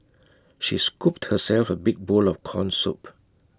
she scooped herself A big bowl of Corn Soup